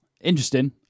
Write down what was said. Interesting